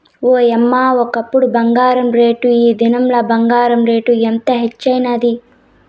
ఓయమ్మ, ఒకప్పుడు బంగారు రేటు, ఈ దినంల బంగారు రేటు ఎంత హెచ్చైనాది